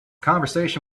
conversation